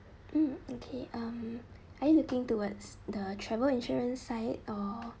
mm okay um are you looking towards the travel insurance side or